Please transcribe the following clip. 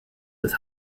with